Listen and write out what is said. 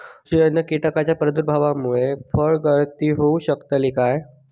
बुरशीजन्य कीटकाच्या प्रादुर्भावामूळे फळगळती होऊ शकतली काय?